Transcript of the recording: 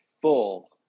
full